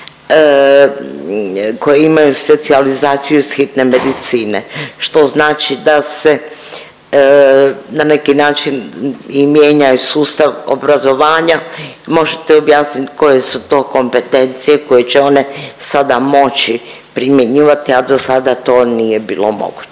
koje imaju specijalizaciju iz hitne medicine što znači da se na neki način mijenja i sustav obrazovanja. Možete objasniti koje su to kompetencije koje će one sada moći primjenjivati, a dosada to nije bilo moguće.